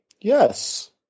Yes